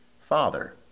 Father